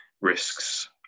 risks